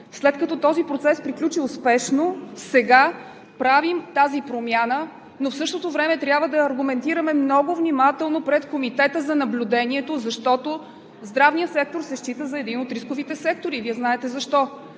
След като този процес приключи успешно, правим тази промяна, но в същото време трябва да аргументираме много внимателно пред Комитета за наблюдението, защото здравният сектор се счита за един от рисковите сектори и Вие знаете защо.